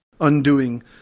undoing